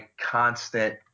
constant